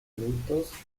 adultos